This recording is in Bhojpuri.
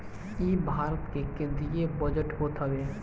इ भारत के केंद्रीय बजट होत हवे